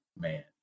man